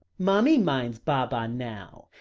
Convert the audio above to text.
mummy minds baba now,